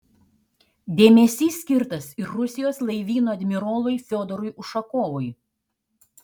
dėmesys skirtas ir rusijos laivyno admirolui fiodorui ušakovui